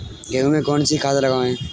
गेहूँ में कौनसी खाद लगाएँ?